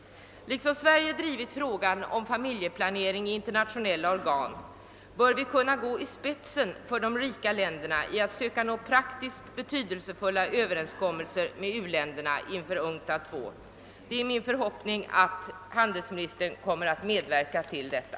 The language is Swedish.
Liksom Sverige drivit frågan om familjeplanering i internationella organ bör vi kunna gå i spetsen för de rika länderna när det gäller att söka nå praktiskt betydelsefulla överenskommelser med u-länderna inför UNCTAD II. Det är min förhoppning att handelsministern kommer att medverka till detta.